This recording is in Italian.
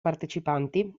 partecipanti